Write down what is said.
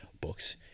books